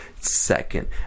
second